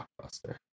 blockbuster